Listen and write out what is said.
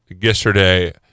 yesterday